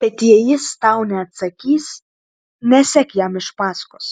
bet jei jis tau neatsakys nesek jam iš paskos